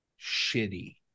shitty